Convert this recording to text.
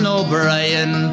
O'Brien